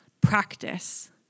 practice